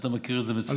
ואתה מכיר את זה מצוין.